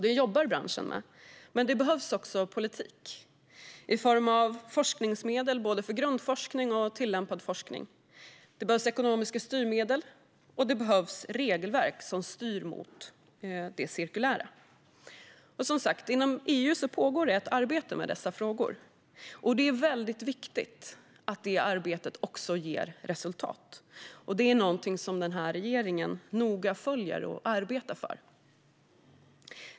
Det jobbar branschen med, men det behövs också politik i form av forskningsmedel för både grundforskning och tillämpad forskning. Det behövs ekonomiska styrmedel och regelverk som styr mot det cirkulära. Som sagt pågår det inom EU ett arbete med dessa frågor, och det är väldigt viktigt att det arbetet också ger resultat. Det är någonting som den här regeringen noga följer och arbetar för.